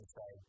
say